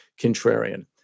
contrarian